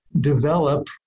develop